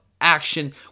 action